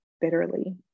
bitterly